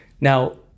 Now